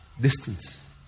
distance